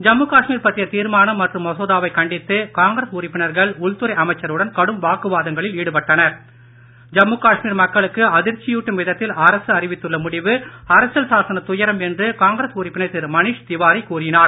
ஜம்மு காஷ்மீர் பற்றிய தீர்மானம் மற்றும் மசோதாவைக் கண்டித்து காங்கிரஸ் உறுப்பினர்கள் உள்துறை அமைச்சருடன் கடும் வாக்குவாதங்களில் அதிர்ச்சியூட்டும் விதத்தில் அரசு அறிவித்துள்ள முடிவு அரசியல் சாசனத் துயரம் என்று காங்கிரஸ் உறுப்பினர் திரு மனீஷ் திவாரி கூறினார்